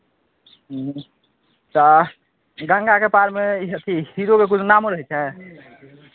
हूँ तऽ गंगाके पारमे ई अथी हीरोके कोनो नामो रहै छै